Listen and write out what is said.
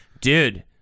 dude